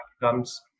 comes